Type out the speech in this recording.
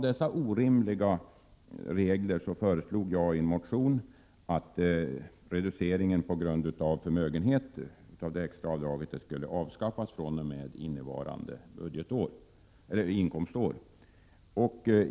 Dessa orimliga regler gjorde att jag i en motion föreslog att reduceringen av det extra avdraget på grund av förmögenhet skulle avskaffas fr.o.m. innevarande inkomstår.